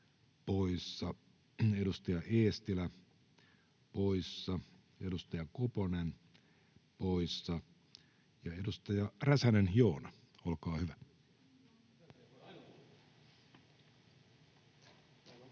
poissa, edustaja Eestilä poissa, edustaja Koponen poissa. — Ja edustaja Räsänen, Joona, olkaa hyvä.